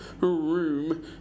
Room